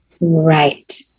Right